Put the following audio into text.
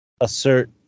Assert